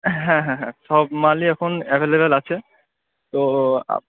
হ্যাঁ হ্যাঁ হ্যাঁ সব মালই এখন অ্যাভেলেবেল আছে তো